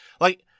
Like-